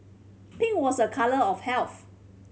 pink was a colour of health